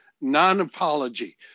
non-apology